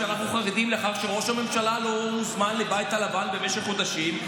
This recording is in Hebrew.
על זה שאנחנו חרדים מכך שראש הממשלה לא הוזמן לבית הלבן במשך חודשים.